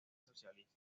socialista